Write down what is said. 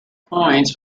coins